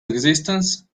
existence